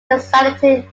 designated